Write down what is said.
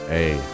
Hey